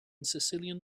sicilian